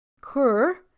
Cur